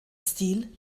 stil